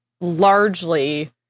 largely